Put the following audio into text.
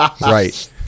Right